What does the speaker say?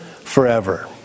forever